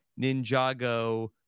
ninjago